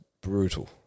brutal